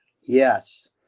Yes